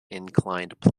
inclined